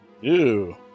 Ew